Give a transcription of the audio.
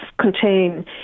contain